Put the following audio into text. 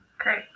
Okay